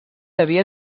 havia